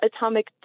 atomic